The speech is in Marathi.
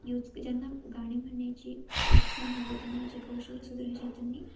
यूज क ज्यांना गाणे म्हणण्याची इच्छा आहे व त्यांना जे कौशल्य सुधारायचे आहे त्यांनी